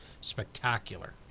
spectacular